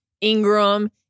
Ingram